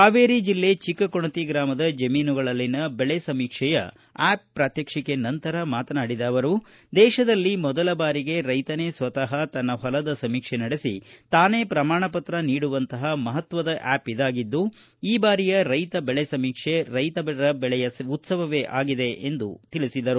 ಹಾವೇರಿ ಜಿಲ್ಲೆ ಚಿಕ್ಕೊಣಿ ಗ್ರಾಮದ ಜಮೀನುಗಳಲ್ಲಿನ ಬೆಳೆ ಸಮೀಕ್ಷೆಯ ಆಪ್ ಪ್ರಾಕ್ಶಕ್ಷಿಕೆ ನಂತರ ಮಾತನಾಡಿದ ಅವರು ದೇಶದಲ್ಲಿ ಮೊದಲ ಬಾರಿಗೆ ರೈತನೇ ಸ್ವತಃ ತನ್ನ ಹೊಲದ ಸಮೀಕ್ಷೆ ನಡೆಸಿ ತಾನೇ ಪ್ರಮಾಣಪತ್ರ ನೀಡುವಂತಪ ಮಪತ್ವದ ಆ್ಯಪ್ ಇದಾಗಿದ್ದು ಈ ಬಾರಿಯ ರೈತ ಬೆಳೆ ಸಮೀಕ್ಷೆ ರೈತರ ಬೆಳೆಯ ಉತ್ಸವವೇ ಆಗಿದೆ ಎಂದರು